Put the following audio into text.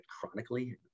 chronically